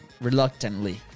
reluctantly